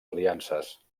aliances